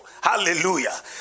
Hallelujah